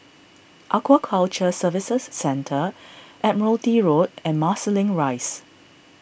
Aquaculture Services Centre Admiralty Road and Marsiling Rise